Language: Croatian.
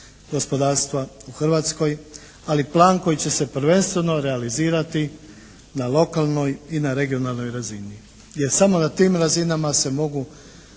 gospodarstva u Hrvatskoj, ali plan koji će se prvenstveno realizirati na lokalnoj i na regionalnoj razini jer samo na tim razinama se mogu